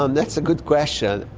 um that's a good question.